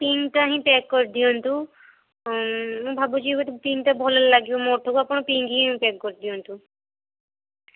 ସ୍କିନ୍ଟା ହିଁ ପେକ୍ କରିଦିଅନ୍ତୁ ହଁ ମୁଁ ଭାବୁଛି ଗୋଟେ ସ୍କିନ୍ଟା ଭଲ ଲାଗିବ ମୋଠୁ ଆପଣ ସ୍କିନ୍ ହିଁ ପେକ୍ କରିଦିଅନ୍ତୁ